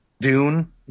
Dune